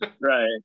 Right